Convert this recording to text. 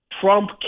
Trump